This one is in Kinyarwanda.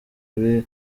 kuri